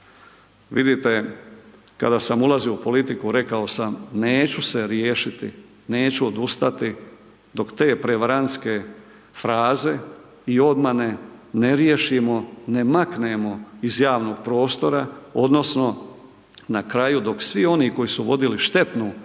Vidite kada sam ulazio u politiku rekao sam neću se riješiti, neću odustati dok te prevarantske fraze i obmane ne riješimo, ne maknemo iz javnog prostora odnosno na kraju dok svi oni koji su vodili štetnu politiku